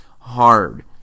hard